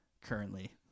currently